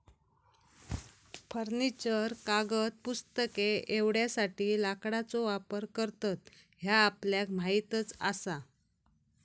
furniture, कागद, पुस्तके एवढ्यासाठी लाकडाचो वापर करतत ह्या आपल्याक माहीतच आसा